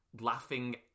laughing